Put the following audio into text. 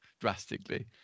drastically